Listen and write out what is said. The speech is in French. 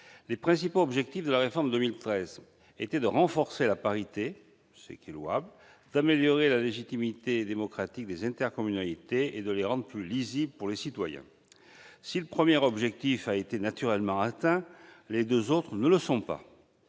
Les principaux objectifs de la réforme de 2013 étaient de renforcer la parité, ce qui est louable, d'améliorer la légitimité démocratique des intercommunalités et de les rendre plus lisibles pour les citoyens. Si le premier objectif a naturellement été atteint, les deux autres ne le sont pas.